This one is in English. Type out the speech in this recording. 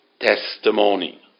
testimony